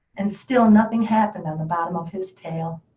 and still nothing happened on the bottom of his tail.